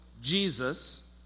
Jesus